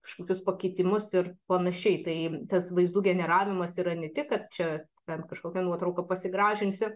kažkokius pakitimus ir panašiai tai tas vaizdų generavimas yra ne tik kad čia ten kažkokią nuotrauką pasigražinsiu